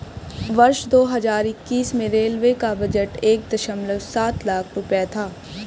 वर्ष दो हज़ार इक्कीस में रेलवे का बजट एक दशमलव सात लाख रूपये था